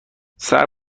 صبر